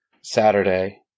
Saturday